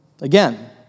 Again